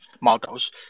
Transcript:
models